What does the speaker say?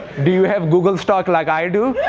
do you have google stock like i do?